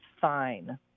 fine